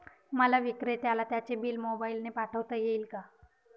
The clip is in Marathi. मला विक्रेत्याला त्याचे बिल मोबाईलने पाठवता येईल का?